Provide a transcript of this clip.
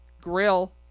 Grill